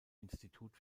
institut